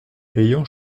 ayant